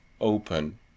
open